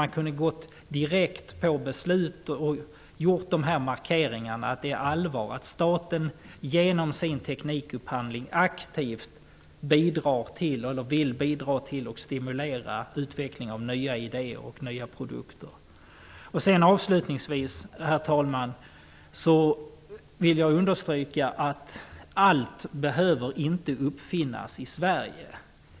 Man kunde ha gått direkt till beslut och därigenom markerat att det är allvar att staten genom sin teknikupphandling aktivt vill bidra till att stimulera utveckling av nya idéer och produkter. Herr talman! Avslutningsvis vill jag understryka att allt inte behöver uppfinnas i Sverige.